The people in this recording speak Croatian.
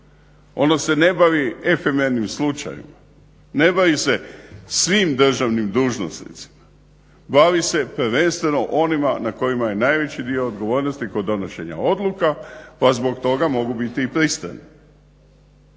Ono se ne bavi efomenim slučajevima. Ne bavi se svim državnim dužnosnicima, bavi se prvenstveno onima na kojima je najveći dio odgovornosti kod donošenja odluka pa zbog toga mogu biti i pristrani.